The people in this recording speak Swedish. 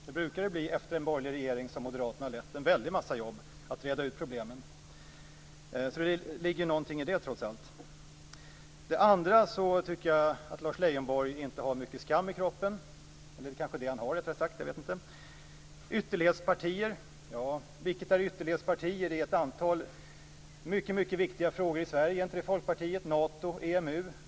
Det brukar det bli efter en borgerlig regering som Moderaterna har lett. Det blir en väldig massa jobb med att reda ut problemen. Så det ligger trots allt något i detta. Jag tycker att Lars Leijonborg inte har mycket skam i kroppen. Eller det kanske är det han har, rättare sagt. Jag vet inte. Han talade om ytterlighetspartier. Vilka är ytterlighetspartier? Det finns ett antal mycket viktiga frågor i Sverige - Nato, EMU.